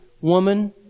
woman